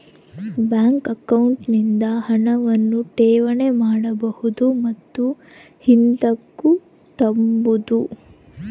bank account ನಿಂದ ಹಣವನ್ನು ಠೇವಣಿ ಮಾಡಬಹುದು ಮತ್ತು ಹಿಂದುಕ್ ತಾಬೋದು